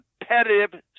competitive